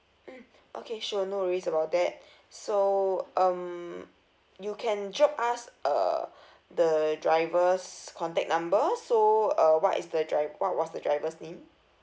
mm okay sure no worries about that so um you can drop us uh the driver's contact number so uh what is the dri~ what was the driver's name